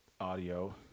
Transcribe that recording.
audio